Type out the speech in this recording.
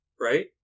right